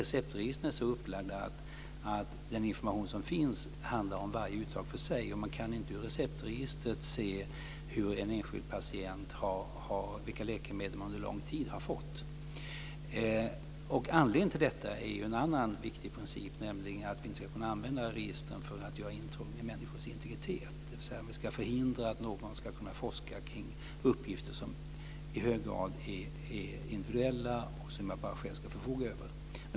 Receptregistren är så upplagda att den information som finns handlar om varje uttag för sig. Man kan inte i receptregistret se vilka läkemedel en enskild patient har fått och under hur lång tid. Anledningen till detta är en annan viktig princip, nämligen att vi inte ska kunna använda registren för att göra intrång i människors integritet, dvs. vi ska förhindra att någon kan forska kring uppgifter som i hög grad är individuella och som bara jag själv ska förfoga över.